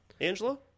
Angela